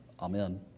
Amen